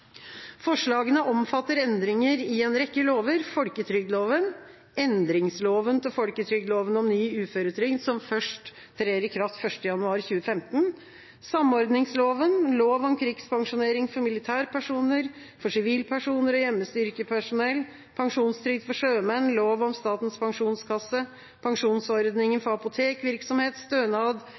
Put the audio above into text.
Forslagene omfatter endringer i en rekke lover – folketrygdloven, endringsloven til folketrygdloven om ny uføretrygd, som først trer i kraft 1. januar 2015, samordningsloven, lov om krigspensjon for militærpersoner, lov om krigspensjon for sivile m.v., sjømannspensjonstrygdloven, Statens pensjonskasseloven, lov om pensjonsordning for apotekvirksomhet,